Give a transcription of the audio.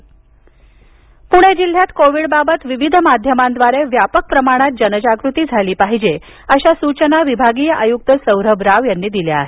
पण्याचा निर्धार पूणे जिल्ह्यात कोविडबाबत विविध माध्यरमांद्वारे व्यानपक प्रमाणात जनजागृती झाली पाहिजे अशा सूचना विभागीय आयुक्त सौरभ राव यांनी दिल्याा आहेत